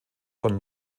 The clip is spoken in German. von